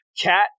cat